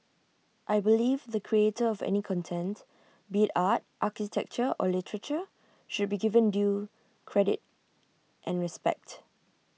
I believe the creator of any content be art architecture or literature should be given due credit and respect